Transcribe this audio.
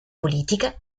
politica